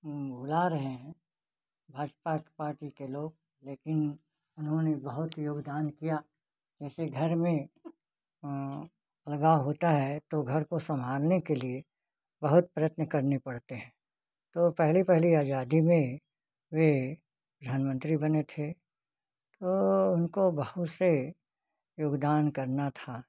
भुला रहे हैं भाजपा पार्टी के लोग लेकिन उन्होंने बहुत योगदान किया ऐसे घर में लगाओ होता है तो घर को संभालने के लिए बहुत प्रयत्न करने पड़ते हैं तो पहले पहले आज़ादी में वह प्रधानमंत्री बने थे तो उनको बहुत से योगदान करना था